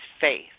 faith